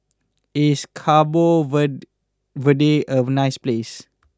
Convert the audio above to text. is Cabo vent Verde a nice place